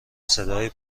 صدای